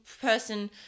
person